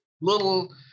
little